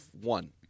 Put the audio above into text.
one